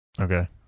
Okay